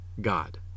God